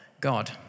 God